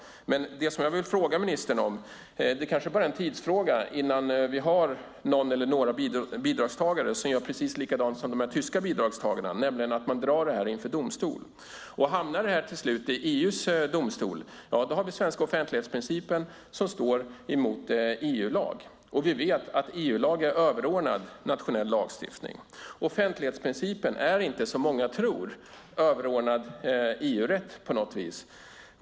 Men det kanske bara är en tidsfråga innan vi har någon eller några bidragstagare som gör likadant som de tyska bidragstagarna och drar detta inför domstol. Om detta till slut hamnar inför EU:s domstol blir det den svenska offentlighetsprincipen som står emot EU-lag, och vi vet att EU-lag är överordnad nationell lagstiftning. Offentlighetsprincipen är inte, som många tror, på något vis överordnad EU-rätt.